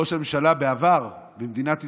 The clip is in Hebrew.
ראש הממשלה בעבר במדינת ישראל,